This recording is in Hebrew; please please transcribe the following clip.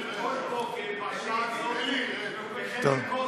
כל בוקר בשעה הזאת אני בחדר כושר.